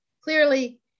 clearly